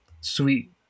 sweet